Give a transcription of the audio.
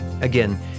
Again